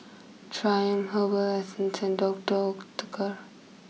Triumph Herbal Essences and Doctor Oetker